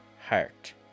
heart